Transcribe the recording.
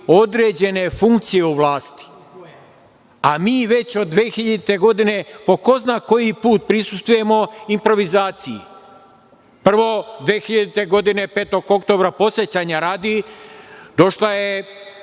određene funkcije u vlasti. A, mi već od 2000. godine po ko zna koji put prisustvujemo improvizaciji. Prvo, 2000. godine, 5. oktobra, podsećanja radi, došla je